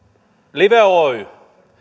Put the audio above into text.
live oy